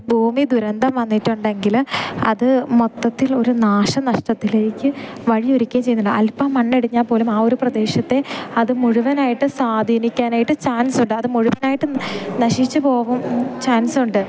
ഭൂമി ദുരന്തം വന്നിട്ടുണ്ടെങ്കില് അത് മൊത്തത്തിൽ ഒരു നാശനഷ്ടത്തിലേക്ക് വഴിയൊരുക്കുകയും ചെയ്യുന്നുണ്ട് അൽപ്പം മണ്ണിടിഞ്ഞാൽ പോലും ആ ഒരു പ്രദേശത്തെ അത് മുഴുവനായിട്ട് സ്വാധീനിക്കാനായിട്ട് ചാൻസുണ്ട് അത് മുഴുവനായിട്ട് നശിച്ച് പോകും ചാൻസുണ്ട്